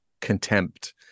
contempt